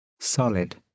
solid